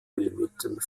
millimetern